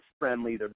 friendly